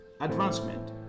Advancement